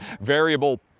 variable